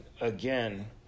again